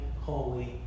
holy